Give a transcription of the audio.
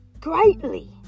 greatly